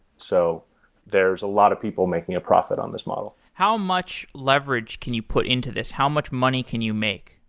so there's a lot of people making a profit on this model. how much leverage can you put into this? how much money can you make?